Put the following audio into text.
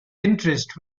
interest